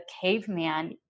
caveman